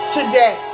Today